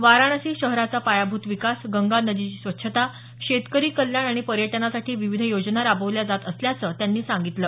वाराणसी शहराचा पायाभूत विकास गंगा नदीची स्वच्छता शेतकरी कल्याण आणि पर्यटनासाठी विविध योजना राबवल्या जात असल्याचं त्यांनी सांगितलं